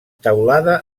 teulada